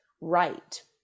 right